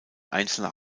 einzelner